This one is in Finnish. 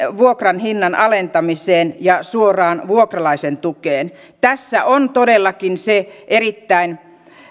vuokran hinnan alentamiseen ja suoraan vuokralaisen tukeen tässä on todellakin se erittäin